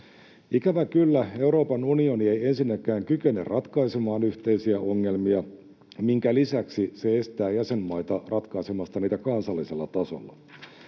Ikävä kyllä Euroopan unioni ei ensinnäkään kykene ratkaisemaan yhteisiä ongelmia, minkä lisäksi se estää jäsenmaita ratkaisemasta niitä kansallisella tasolla.